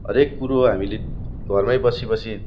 हरेक कुरो हामीले घरमै बसी बसी